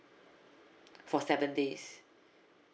for seven days